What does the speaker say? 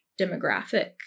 demographic